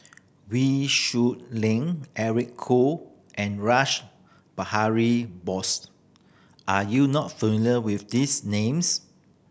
Wee Shoo Leong Eric Khoo and Rash Behari Bose are you not familiar with this names